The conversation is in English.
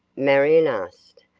marion asked,